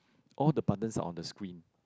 all the buttons are on the screen